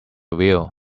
view